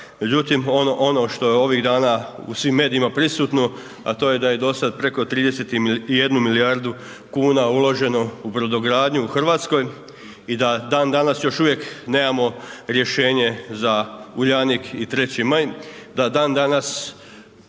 međutim ono što je ovih dana u svim medijima prisutno, a to je da je dosad preko 31 milijardu kuna uloženo u brodogradnju u Hrvatskoj i da dan danas, još uvijek nemamo rješenje za Uljanik i 3. Maj. Da dan danas,